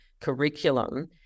curriculum